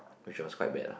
which was quite bad lah